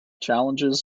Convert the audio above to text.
challenges